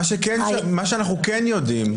מה שאנחנו כן יודעים,